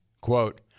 quote